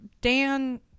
Dan